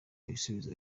ibisubizo